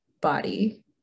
body